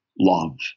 love